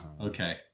okay